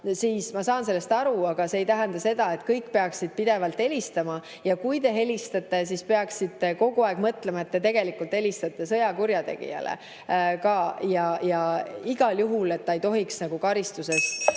siis ma saan sellest aru. Aga see ei tähenda seda, et kõik peaksid pidevalt helistama. Ja kui te helistate, siis peaksite kogu aeg mõtlema, et te tegelikult helistate sõjakurjategijale (Juhataja helistab kella.), kes